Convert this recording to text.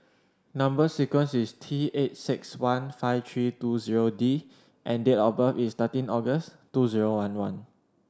number sequence is T eight six one five three two zero D and date of birth is thirteen August two zero one one